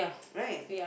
right